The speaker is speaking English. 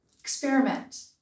Experiment